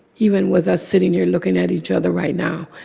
even with us sitting here looking at each other right now.